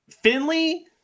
Finley